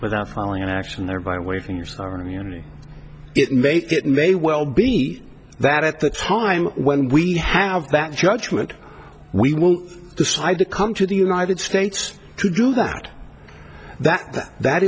without filing an action or by the way things are immune it may it may well be that at the time when we have that judgment we will decide to come to the united states to do that that that